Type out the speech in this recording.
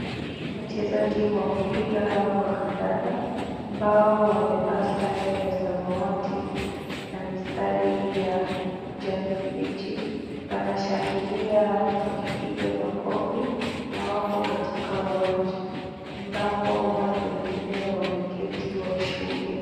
Wachezaji wa mpira wa kandanda ambao wamevaa sare ya samawati na mistari ya kijani kibichi wanashangilia wakipiga makofi na wapo katika uwanja ambapo watu wengine wameketi wakishuhudia.